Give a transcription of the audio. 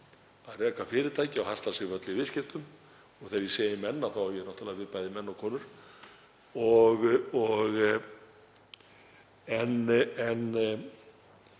að reka fyrirtæki og hasla sér völl í viðskiptum. Og þegar ég segi menn þá á ég náttúrlega við bæði menn og konur.